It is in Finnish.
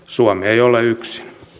suomi ei ole yksin